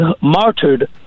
martyred